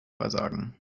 versagen